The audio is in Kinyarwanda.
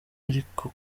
ariko